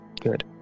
Good